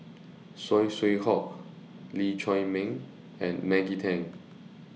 Saw Swee Hock Lee Chiaw Meng and Maggie Teng